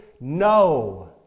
no